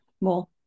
more